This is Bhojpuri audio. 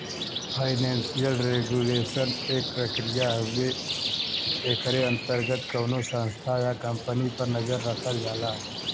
फाइनेंसियल रेगुलेशन एक प्रक्रिया हउवे एकरे अंतर्गत कउनो संस्था या कम्पनी पर नजर रखल जाला